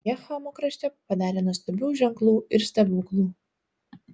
jie chamo krašte padarė nuostabių ženklų ir stebuklų